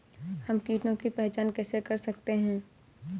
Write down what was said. हम कीटों की पहचान कैसे कर सकते हैं?